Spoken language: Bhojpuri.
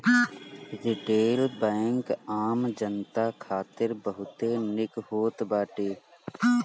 रिटेल बैंक आम जनता खातिर बहुते निक होत बाटे